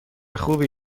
خوبی